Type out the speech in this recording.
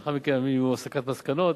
לאחר מכן, אם תהיה הסקת מסקנות,